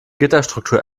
gitterstruktur